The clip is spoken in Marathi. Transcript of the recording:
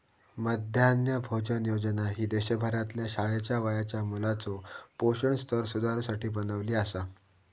मध्यान्ह भोजन योजना ही देशभरातल्या शाळेच्या वयाच्या मुलाचो पोषण स्तर सुधारुसाठी बनवली आसा